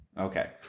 Okay